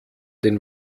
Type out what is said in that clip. den